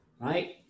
right